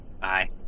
Bye